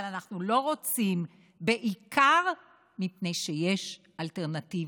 אבל אנחנו לא רוצים בעיקר מפני שיש אלטרנטיבה,